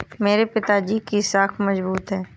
मेरे पिताजी की साख मजबूत है